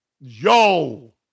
yo